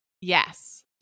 Yes